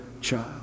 child